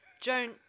Joan